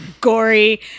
gory